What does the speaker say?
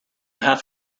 have